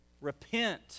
Repent